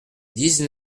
dix